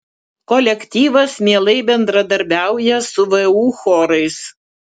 kolektyvas mielai bendradarbiauja su vu chorais